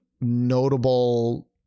notable